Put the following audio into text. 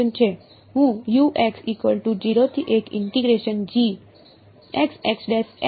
હું જાઉં છું